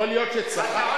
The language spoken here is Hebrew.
יכול להיות שצחקת.